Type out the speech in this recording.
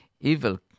Evil